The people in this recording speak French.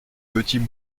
petits